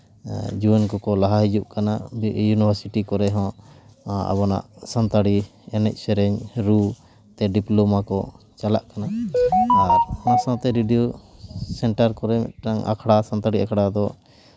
ᱡᱩᱣᱟᱹᱱ ᱠᱚᱠᱚ ᱞᱟᱦᱟ ᱦᱤᱡᱩᱜ ᱠᱟᱱᱟ ᱭᱩᱱᱤᱵᱷᱟᱨᱥᱤᱴᱤ ᱠᱚᱨᱮ ᱦᱚᱸ ᱟᱵᱚᱱᱟᱜ ᱥᱟᱱᱛᱟᱲᱤ ᱮᱱᱮᱡ ᱥᱮᱨᱮᱧ ᱨᱩ ᱛᱮ ᱰᱤᱯᱞᱳᱢᱟ ᱠᱚ ᱪᱟᱞᱟᱜ ᱠᱟᱱᱟ ᱟᱨ ᱥᱟᱶᱛᱮ ᱨᱮᱰᱤᱭᱳ ᱠᱚᱨᱮᱜ ᱢᱤᱫᱴᱟᱝ ᱟᱠᱷᱲᱟ ᱥᱟᱱᱛᱟᱲᱤ ᱟᱠᱷᱲᱟ ᱫᱚ